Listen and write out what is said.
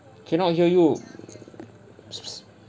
cannot hear you